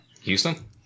Houston